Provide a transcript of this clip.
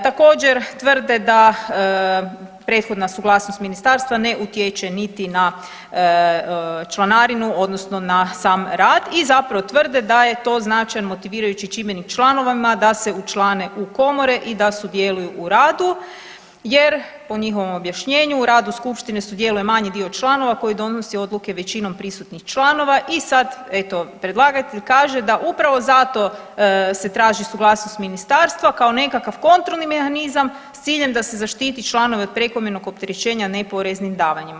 Također, tvrde da prethodna suglasnost Ministarstva ne utječe niti na članarinu, odnosno na sam rad i zapravo tvrde da je to značaj motivirajući čimbenik članovima da se učlane u komore i da sudjeluju u radu jer, po njihovom objašnjenju, rad u skupštini sudjeluje manji dio članova koji donosi odluke većinom prisutnih članova i sad, eto, predlagatelj kaže da upravo zato se traži suglasnost Ministarstva kao nekakvi kontrolni mehanizam s ciljem da se zaštititi članove od prekomjernog opterećenja neporeznim davanjima.